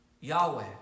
Yahweh